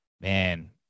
man